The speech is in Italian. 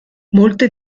molte